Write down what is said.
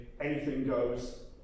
anything-goes